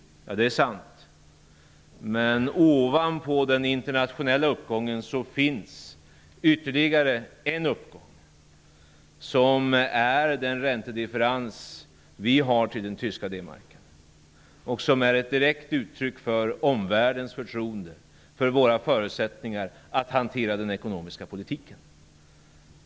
Det är sant. Ovanpå den internationella uppgången finns ytterligare en uppgång, som utgörs av den räntedifferens vi har til den tyska D-marken. Det är ett direkt uttryck för omvärldens förtroende för våra förutsättningar att hantera den ekonomiska politiken.